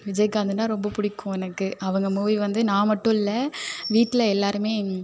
விஜயகாந்துன்னா ரொம்ப பிடிக்கும் எனக்கு அவங்க மூவி வந்து நான் மட்டும் இல்லை வீட்டில் எல்லாரும்